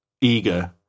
eager